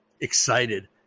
excited